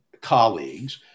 colleagues